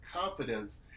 confidence